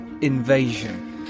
Invasion